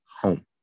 home